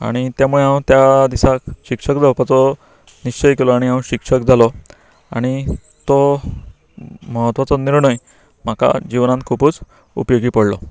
आनी त्या मूळे हांव त्या दिसाक शिक्षक जावपाचो निश्चय केलो आनी हांव शिक्षक जालो आणी तो म्हत्वाचो निर्णय म्हाका जिवनांत खुबूच उपयोगी पडलो